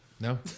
No